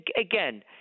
again